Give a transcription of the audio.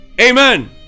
amen